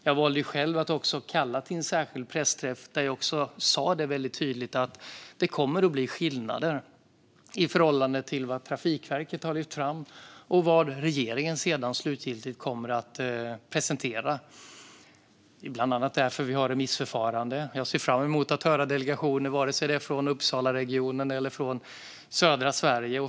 Jag valde själv att kalla till en särskild pressträff där jag sa tydligt att det kommer att bli skillnader mellan vad Trafikverket har lyft fram och vad regeringen slutgiltigt kommer att presentera. Det är bland annat därför vi har remissförfarandet. Jag ser fram emot att höra vad delegationer har att säga, oavsett om de är från Uppsalaregionen eller från södra Sverige.